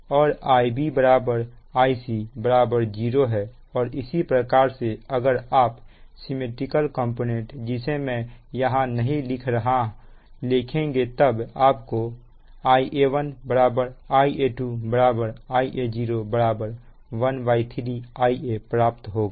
और Ib Ic 0 है और इसी प्रकार से अगर आप सिमिट्रिकल कंपोनेंट जिसे मैं यहां नहीं लिख रहा लिखेंगे तब आपको Ia1 Ia2 Ia0 13Ia प्राप्त होगा